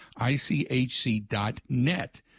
ICHC.net